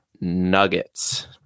Nuggets